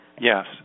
Yes